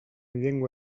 llengua